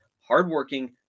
hardworking